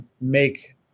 make